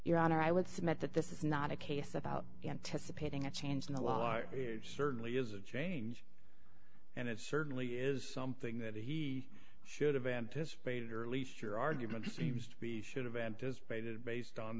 honor i would submit that this is not a case about anticipating a change in the law it certainly is a change and it certainly is something that he should have anticipated or at least your argument seems to be should have anticipated based on